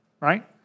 Right